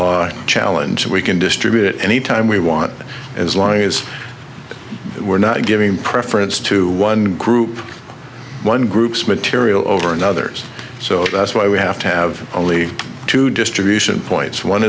law challenge we can distribute it anytime we want as long as we're not giving preference to one group one group's material over another's so that's why we have to have only two distribution points one